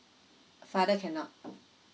father cannot